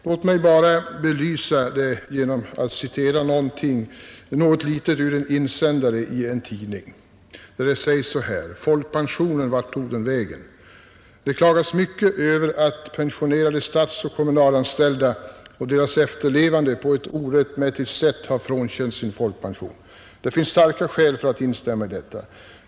Låt mig belysa det genom att citera något litet ur en insändare i en tidning: Det klagas mycket över att pensionerade statsoch kommunalanställda och deras efterlevande på ett orättmätigt sätt har frånkänts sin folkpension. Det finns starka skäl för att instämma i detta.